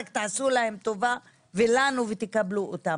רק עשו להם טובה ולנו וקבלו אותם.